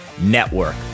Network